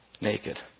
naked